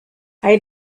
hay